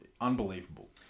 Unbelievable